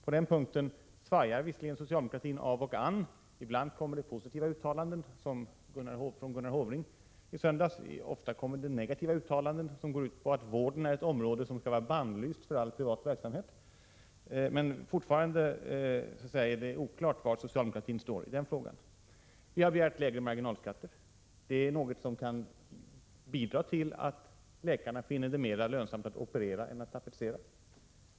På den punkten svajar socialdemokratin av och an — ibland kommer det positiva uttalanden, som från Gunnar Hofring i söndags, men ofta kommer det negativa uttalanden, som går ut på att vården är ett område där all privat verksamhet skall vara bannlyst. Det är fortfarande oklart var socialdemokratin står i den frågan. Vi har begärt lägre marginalskatter. Det är något som kan bidra till att läkarna finner det mera lönsamt att operera än att tapetsera.